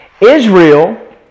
Israel